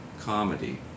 comedy